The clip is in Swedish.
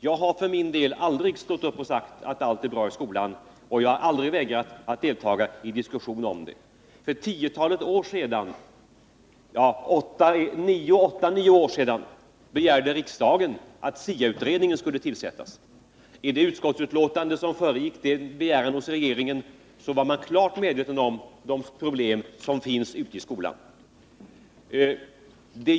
Jag har för min del aldrig sagt att allt är bra i skolan, och jag har heller aldrig vägrat att delta i diskussioner härvidlag. För åtta nio år sedan begärde riksdagen att SIA-utredningen skulle tillsättas. I det utskottsbetänkande som föregick begäran hos regeringen var man klart medveten om problemen i skolan.